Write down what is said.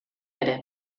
ere